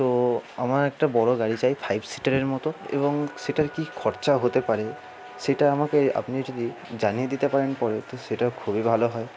তো আমার একটা বড়ো গাড়ি চাই ফাইভ সিটারের মত এবং সেটার কী খরচা হতে পারে সেটা আমাকে আপনি যদি জানিয়ে দিতে পারেন পরে তো সেটা খুবই ভালো হয়